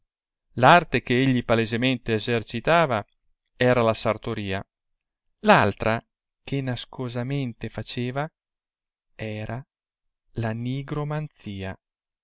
arte che egli palesemente essercitava era la sartoria l altra che nascosamente faceva era la nigromanzia